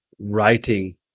writing